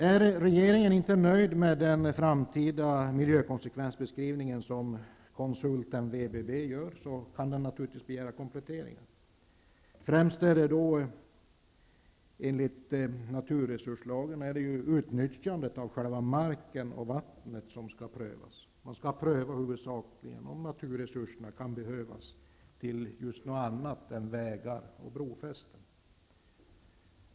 Om regeringen inte är nöjd med den framtida miljökonsekvensbeskrivningen som konsulten VBB, gör kan den naturligtvis begära kompletteringar. Enligt naturresurslagen är det då främst utnyttjandet av själva marken och vattnet som skall prövas. Man skall huvudsakligen pröva om naturresurserna kan behövas till något annat än vägar och brofästen.